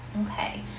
Okay